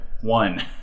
one